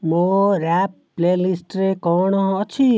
ମୋ rap play ଲିଷ୍ଟରେ କ'ଣ ଅଛି